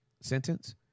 sentence